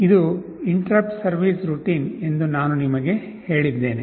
ಇದು interrupt service routine ಎಂದು ನಾನು ನಿಮಗೆ ಹೇಳಿದ್ದೇನೆ